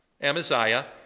Amaziah